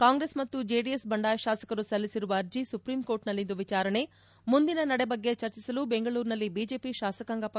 ಕಾಂಗ್ರೆಸ್ ಮತ್ತು ಜೆಡಿಎಸ್ ಬಂಡಾಯ ಶಾಸಕರು ಸಲ್ಲಿಸಿರುವ ಅರ್ಜಿ ಸುಪ್ರೀಂ ಕೋರ್ಟ್ನಲ್ಲಿಂದು ವಿಚಾರಣೆ ಮುಂದಿನ ನಡೆ ಬಗ್ಗೆ ಚರ್ಚಿಸಲು ಬೆಂಗಳೂರಿನಲ್ಲಿ ಬಿಜೆಪಿ ಶಾಸಕಾಂಗ ಪಕ್ಷದ ಸಭೆ